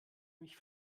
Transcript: mich